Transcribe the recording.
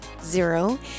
zero